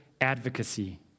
advocacy